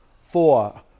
four